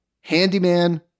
handyman